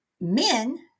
men